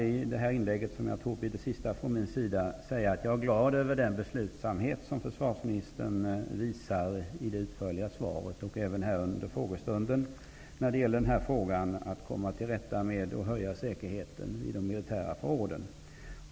I det här inlägget, som jag tror blir det sista från min sida, vill jag säga att jag är glad över den beslutsamhet som försvarsministern visar i det utförliga svaret och även här under frågestunden, när det gäller att komma till rätta med och höja säkerheten vid de militära förråden.